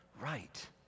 right